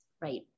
Right